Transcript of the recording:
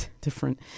different